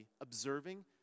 observing